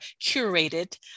curated